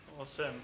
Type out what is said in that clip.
Awesome